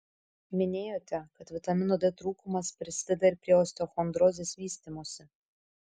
minėjote kad vitamino d trūkumas prisideda ir prie osteochondrozės vystymosi